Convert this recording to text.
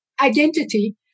identity